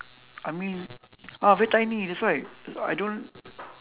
I mean ah very tiny that's why I don't